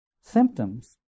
symptoms